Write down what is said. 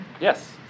Yes